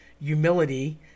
humility